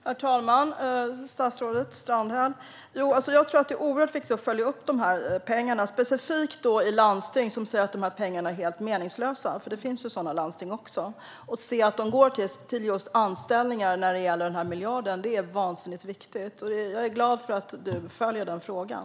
Herr talman! Statsrådet Strandhäll! Det är oerhört viktigt att följa upp att de här pengarna går till just anställningar, specifikt när det gäller landsting som säger att pengarna är helt meningslösa, för det finns sådana landsting. Det är vansinnigt viktigt. Jag är glad för att statsrådet följer frågan.